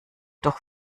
doch